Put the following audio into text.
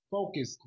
Focus